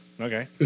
Okay